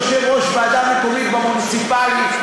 יושב-ראש ועדה מקומית במוניציפלית,